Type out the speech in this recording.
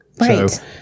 Right